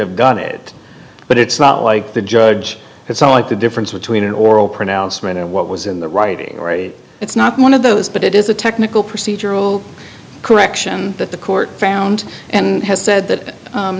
have done it but it's not like the judge has some like the difference between an oral d pronouncement and what was in the writing it's not one of those but it is a technical procedural correction that the court found and has said that